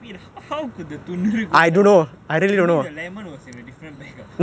wait how could the துணுறு:tunuru go down you mean the lemon was in a different bag ah